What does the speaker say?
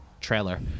trailer